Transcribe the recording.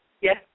Yes